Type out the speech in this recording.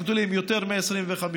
גדולים יחסית, של יותר מ-25.